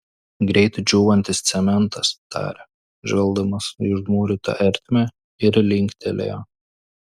greit džiūvantis cementas tarė žvelgdamas į užmūrytą ertmę ir linktelėjo